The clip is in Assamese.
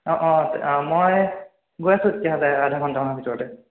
অঁ অঁ মই গৈ আছোঁ তেতিয়া হ'লে আধা ঘন্টামানৰ ভিতৰতে